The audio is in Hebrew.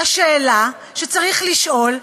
השאלה שצריך לשאול: